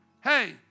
Hey